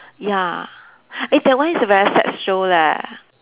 ya eh that one is a very sad show leh